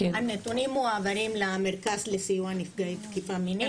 הנתונים מועברים למרכז לסיוע נפגעי תקיפה מינית.